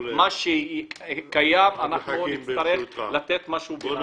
מה שקיים נצטרך לתת פתרון ביניים.